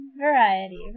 variety